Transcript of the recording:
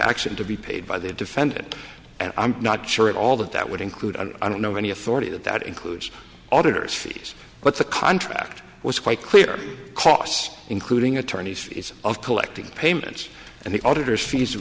action to be paid by the defendant and i'm not sure at all that that would include i don't know any authority that that includes auditors fees but the contract was quite clear costs including attorneys fees of collecting payments and the auditors fees